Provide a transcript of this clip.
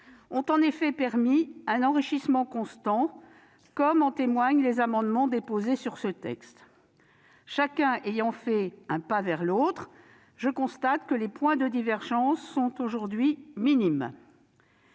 ont en effet permis un enrichissement constant, comme en témoignent les amendements déposés sur ce texte. Chacun ayant fait un pas vers l'autre, je constate que les points de divergence sont aujourd'hui minimes.